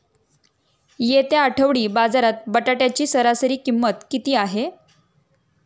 येत्या आठवडी बाजारात बटाट्याची सरासरी किंमत किती आहे?